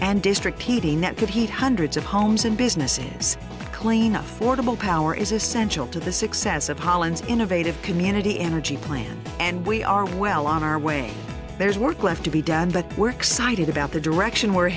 and district heating that could heat hundreds of homes and businesses claiming affordable power is essential to the success of holland's innovative community energy plan and we are well on our way there's work left to be done that we're excited about the direction we're